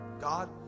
God